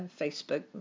Facebook